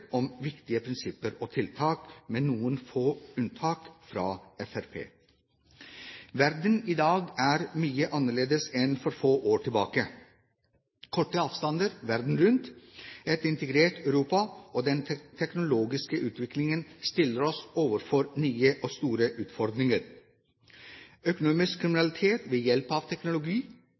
om viktige prinsipper og tiltak, med noen få unntak for Fremskrittspartiet. Verden i dag er svært annerledes enn den var for få år tilbake. Korte avstander verden rundt, et integrert Europa og den teknologiske utviklingen stiller oss overfor nye og store utfordringer. Økonomisk kriminalitet ved hjelp av teknologi,